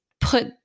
put